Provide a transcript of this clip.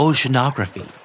Oceanography